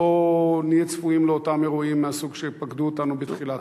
או נהיה צפויים לאותם אירועים מהסוג שפקדו אותנו בתחילת,